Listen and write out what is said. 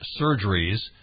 surgeries